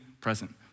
present